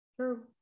True